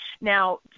Now